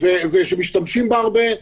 שמשתמשים בה הרבה.